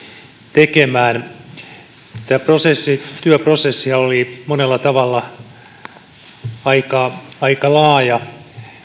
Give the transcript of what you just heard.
tekemään tämä työprosessihan oli monella tavalla aika laaja